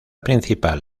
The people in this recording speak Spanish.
principal